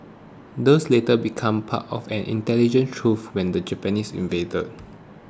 these later become part of an intelligence trove when the Japanese invaded